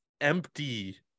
empty